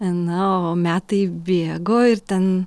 na o metai bėgo ir ten